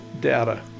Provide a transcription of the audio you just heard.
data